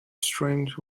strength